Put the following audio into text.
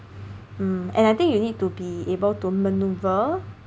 mm and I think you need to be able to manoeuvre